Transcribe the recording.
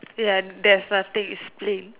and there is nothing is plain